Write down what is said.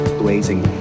blazing